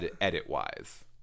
Edit-wise